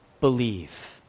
believe